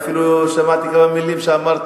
אפילו שמעתי כמה מלים שאמרת,